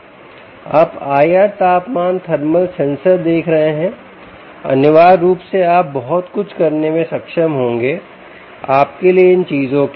आप आईआर तापमान thermal sensor देख रहे हैं अनिवार्य रूप से आप बहुत कुछ करने में सक्षम होंगे आपके लिए इन चीजों की